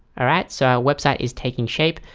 alright, so website is taking shape.